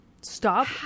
Stop